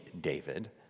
David